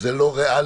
זה לא ריאלי